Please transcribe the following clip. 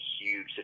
huge